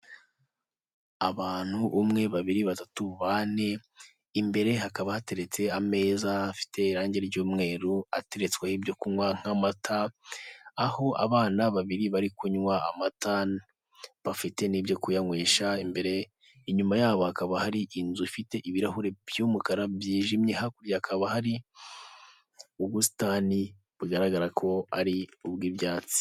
Abantu umwe babiri batatu bane, imbere hakaba hateretse ameza afite irangi ry'umweru ateretswe ibyo kunywa nk'amata, aho abana babiri bari kunywa amata bafite n'ibyo kuyanywesha imbere, inyuma yabo hakaba hari inzu ifite ibirahuri by'umukara byijimye hakurya hakaba hari ubusitani bugaragara ko ari ubw'ibyatsi.